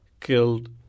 killed